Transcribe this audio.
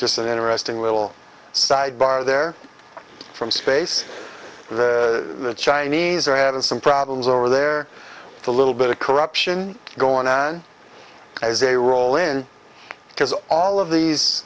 just an interesting little sidebar there from space the chinese are having some problems over there a little bit of corruption going on as a role in because all of these